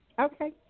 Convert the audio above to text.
Okay